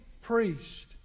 priest